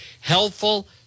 Helpful